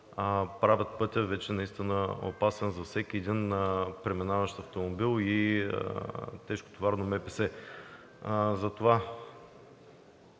правят пътя вече наистина опасен за всеки един преминаващ автомобил и тежкотоварно МПС. Затова